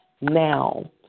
now